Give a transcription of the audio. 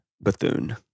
Bethune